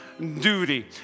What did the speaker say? duty